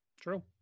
True